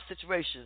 situations